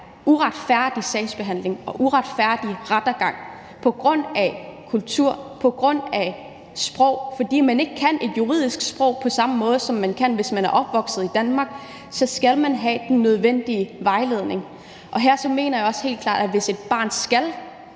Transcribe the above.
uretfærdig sagsbehandling og en uretfærdig rettergang på grund af kulturen, på grund af sproget, fordi man ikke kan et juridisk sprog på samme måde, som man kan, hvis man er opvokset i Danmark, så skal man have den nødvendige vejledning. Her mener jeg helt klart også, at hvis et barn skal